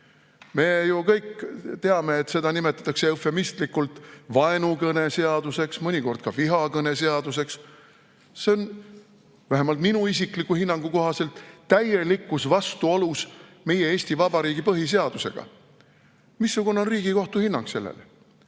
Me ju kõik teame, et seda nimetatakse eufemistlikult vaenukõneseaduseks, mõnikord ka vihakõneseaduseks. Vähemalt minu isikliku hinnangu kohaselt on see täielikus vastuolus meie Eesti Vabariigi põhiseadusega. Missugune on Riigikohtu hinnang sellele?